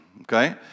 Okay